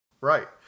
Right